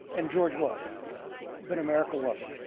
and george was but america wasn't.